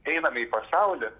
einame į pasaulį